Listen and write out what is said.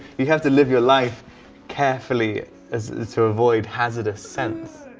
you have to live your life carefully to avoid hazardous scents.